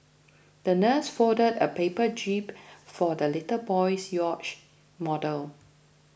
the nurse folded a paper jib for the little boy's yacht model